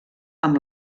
amb